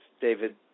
David